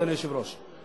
אדוני היושב-ראש.